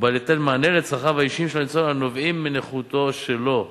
ובא ליתן מענה לצרכיו האישיים של הניצול הנובעים מנכותו שלו,